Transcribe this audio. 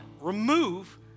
Remove